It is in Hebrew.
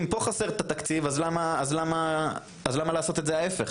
אם פה חסר את התקציב אז למה לעשות את זה ההיפך?